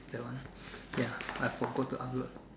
that one ya I forgot to upload